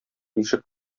ишек